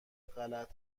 غلط